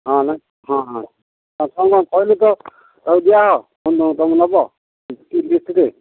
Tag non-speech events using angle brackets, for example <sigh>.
ହଁ ନାଇ ହଁ ହଁ <unintelligible> କହିଲେ ତ ତାକୁ ଦିଆହେବ ତାକୁ ନେବ <unintelligible>